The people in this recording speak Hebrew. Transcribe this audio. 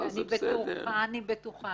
אני בטוחה